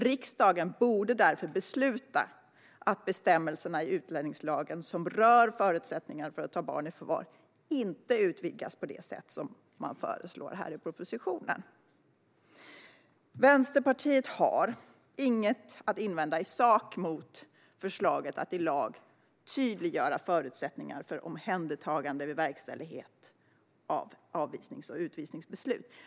Riksdagen borde därför besluta att bestämmelserna i utlänningslagen som rör förutsättningarna för att ta barn i förvar inte utvidgas på det sätt som föreslås i propositionen. Vänsterpartiet har inget att invända i sak mot förslaget att i lag tydliggöra förutsättningarna för omhändertagande vid verkställighet av avvisnings och utvisningsbeslut.